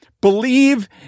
believe